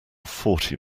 forty